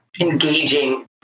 Engaging